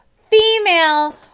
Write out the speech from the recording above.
female